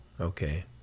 Okay